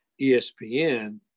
ESPN